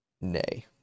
nay